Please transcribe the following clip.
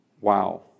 Wow